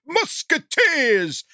Musketeers